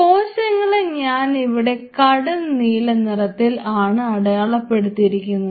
കോശങ്ങളെ ഞാനിവിടെ കടുംനീല നിറത്തിൽ ആണ് അടയാളപ്പെടുത്തിയിരിക്കുന്നത്